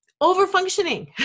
over-functioning